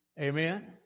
Amen